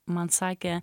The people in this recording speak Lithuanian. man sakė